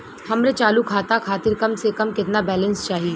हमरे चालू खाता खातिर कम से कम केतना बैलैंस चाही?